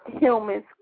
humans